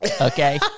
okay